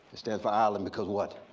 it stands for ireland because what?